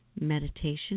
meditation